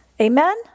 Amen